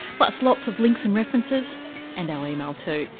plus lots of links and references and our email too.